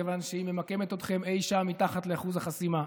מכיוון שהיא ממקמת אתכם אי שם מתחת לאחוז החסימה,